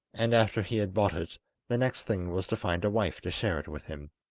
and after he had bought it the next thing was to find a wife to share it with him.